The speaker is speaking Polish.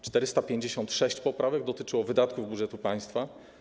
456 poprawek dotyczyło wydatków budżetu państwa.